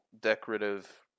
decorative